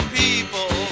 people